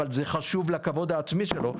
אבל זה חשוב לכבוד העצמי שלו.